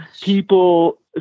people